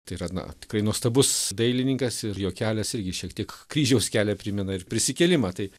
tai yra na tikrai nuostabus dailininkas ir jo kelias irgi šiek tiek kryžiaus kelią primena ir prisikėlimą tai